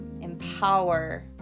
empower